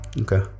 Okay